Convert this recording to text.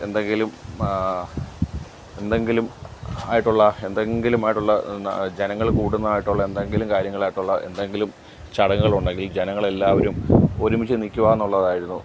എന്തെങ്കിലും എന്തെങ്കിലും ആയിട്ടുള്ള എന്തെങ്കിലുമായിട്ടുള്ള ജനങ്ങൾ കൂടുന്നതായിട്ടുള്ള എന്തെങ്കിലും കാര്യങ്ങളായിട്ടുള്ള എന്തെങ്കിലും ചടങ്ങുകളുണ്ടെങ്കിൽ ജനങ്ങളെല്ലാവരും ഒരുമിച്ച് നിൽക്കുകയാണെന്നുള്ളതായിരുന്നു